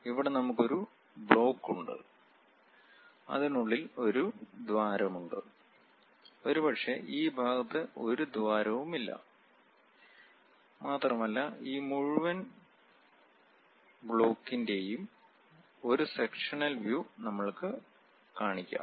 ഇവിടെ നമുക്ക് ഒരു ബ്ലോക്ക് ഉണ്ട് അതിനുള്ളിൽ ഒരു ദ്വാരം ഉണ്ട് ഒരുപക്ഷേ ഈ ഭാഗത്ത് ഒരു ദ്വാരവുമില്ല മാത്രമല്ല ഈ മുഴുവൻ ബ്ലോക്കിന്റെയും ഒരു സെക്ഷനൽ വ്യൂ നമ്മൾക്ക് കാണിക്കാം